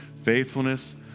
faithfulness